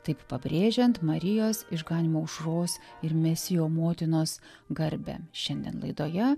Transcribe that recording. taip pabrėžiant marijos išganymo aušros ir mesijo motinos garbę šiandien laidoje